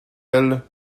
elles